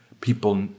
people